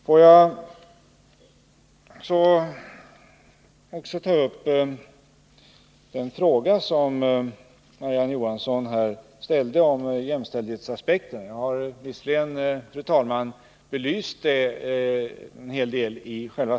Får jag också ta upp den fråga som Marie-Ann Johansson ställde när det gäller jämställdhetsaspekten, även om jag, fru talman, belyst den frågan en hel del i mitt svar.